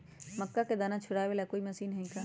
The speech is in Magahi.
मक्का के दाना छुराबे ला कोई मशीन हई का?